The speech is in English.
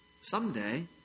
someday